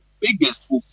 biggest